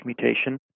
mutation